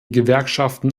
gewerkschaften